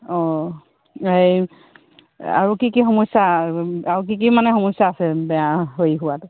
অঁ এই আৰু কি কি সমস্যা আৰু কি কি মানে সমস্যা আছে বেয়া হেৰি হোৱাটো